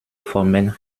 formeln